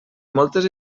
moltes